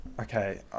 Okay